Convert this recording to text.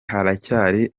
haracyari